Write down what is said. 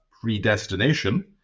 predestination